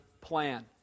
plan